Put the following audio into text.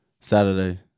Saturday